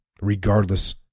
Regardless